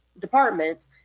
departments